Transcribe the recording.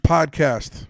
Podcast